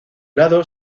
lado